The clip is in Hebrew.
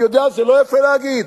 אני יודע שזה לא יפה להגיד.